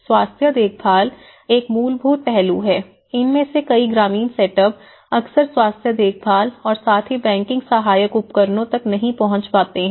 स्वास्थ्य देखभाल एक मूलभूत पहलू है इनमें से कई ग्रामीण सेट अप अक्सर स्वास्थ्य देखभाल और साथ ही बैंकिंग सहायक उपकरणों तक नहीं पहुंच पाते हैं